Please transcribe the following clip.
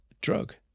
drug